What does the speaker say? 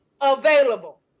available